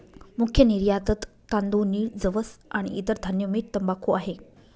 मुख्य निर्यातत तांदूळ, नीळ, जवस आणि इतर धान्य, मीठ, तंबाखू आहे